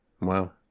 Wow